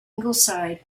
ingleside